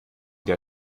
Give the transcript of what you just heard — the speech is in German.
der